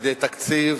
מדי תקציב,